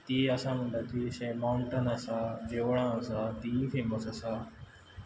ती आसा म्हणटा ती अशें मांवटन आसा देवळां आसा तींय फॅमस आसा